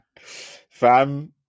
Fam